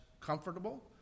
comfortable